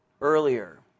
earlier